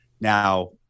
Now